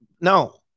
No